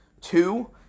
Two